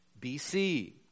BC